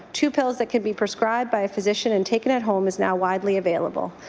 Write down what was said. two pills that could be prescribed by a physician and taken at home is now widely available.